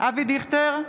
אבי דיכטר,